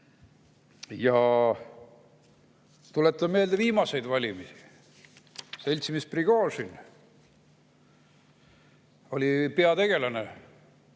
Tuletan meelde viimaseid valimisi. Seltsimees Prigožin oli peategelane